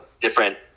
different